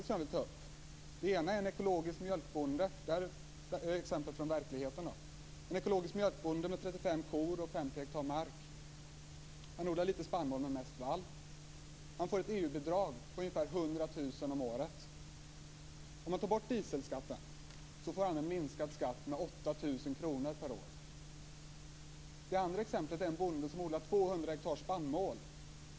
Det ena exemplet gäller en ekologisk mjölkbonde med 35 kor och 50 hektar mark. Han odlar lite spannmål, men mest vall. Han får ett EU-bidrag på ca 100 000 kr om året. Om man tog bort dieselskatten skulle hans skatt minska med 8 000 kr per år. Det andra exemplet handlar om en bonde i Halland som odlar 200 hektar spannmål.